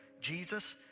Jesus